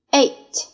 eight